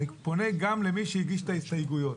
אני פונה גם למי שהגיש את ההסתייגויות,